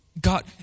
God